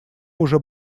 уже